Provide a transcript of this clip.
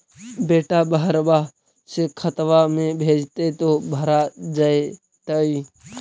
बेटा बहरबा से खतबा में भेजते तो भरा जैतय?